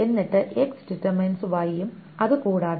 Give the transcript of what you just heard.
എന്നിട്ട് അതും കൂടാതെ തീരുമാനിച്ചാൽ